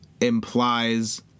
implies